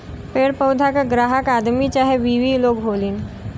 पेड़ पउधा क ग्राहक आदमी चाहे बिवी लोग होलीन